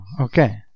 Okay